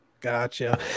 Gotcha